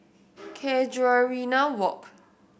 Casuarina Walk